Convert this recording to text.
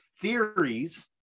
theories